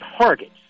targets